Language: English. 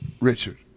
Richard